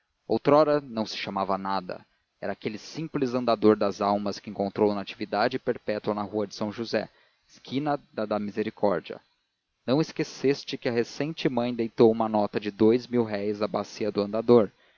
outrora não se chamava nada era aquele simples andador das almas que encontrou natividade e perpétua na rua de são josé esquina da da misericórdia não esqueceste que a recente mãe deitou uma nota de dous mil-réis à bacia do andador